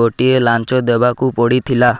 ଗୋଟିଏ ଲାଞ୍ଚ ଦେବାକୁ ପଡ଼ିଥିଲା